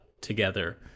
together